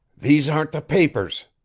these aren't the papers,